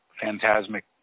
phantasmic